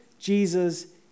Jesus